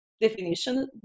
definition